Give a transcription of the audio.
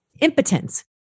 impotence